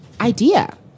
idea